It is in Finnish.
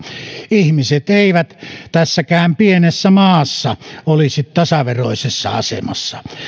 ihmiset eivät tässäkään pienessä maassa olisi tasaveroisessa asemassa